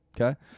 Okay